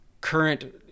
Current